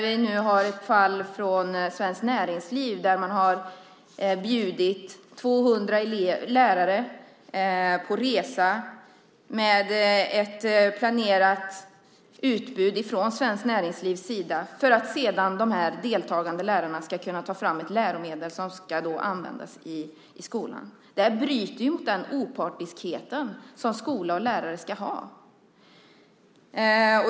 Vi har ett fall där Svenskt Näringsliv har bjudit 200 lärare på en resa med ett planerat utbud från Svenskt Näringsliv för att de deltagande lärarna sedan ska ta fram ett läromedel som ska användas i skolan. Det bryter ju mot den opartiskhet som skola och lärare ska ha.